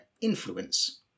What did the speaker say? influence